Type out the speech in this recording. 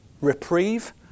Reprieve